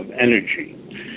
energy